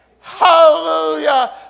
Hallelujah